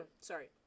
Sorry